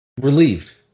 relieved